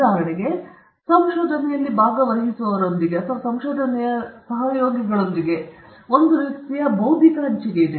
ಉದಾಹರಣೆಗೆ ಸಂಶೋಧನೆಯಲ್ಲಿ ಭಾಗವಹಿಸುವವರೊಂದಿಗೆ ಅಥವಾ ಸಂಶೋಧನೆಯಲ್ಲಿ ಸಹಯೋಗಿಗಳೊಂದಿಗೆ ಒಂದು ರೀತಿಯ ಬೌದ್ಧಿಕ ಹಂಚಿಕೆ ಇದೆ